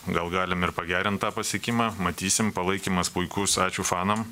gal galim ir pagerint tą pasiekimą matysim palaikymas puikus ačiū fanam